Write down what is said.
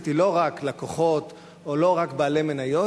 היא לא רק ללקוחות או לא רק לבעלי מניות,